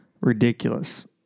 ridiculous